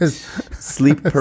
Sleep